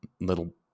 little